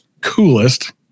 coolest